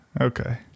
okay